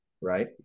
Right